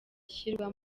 ishyirwa